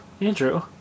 Andrew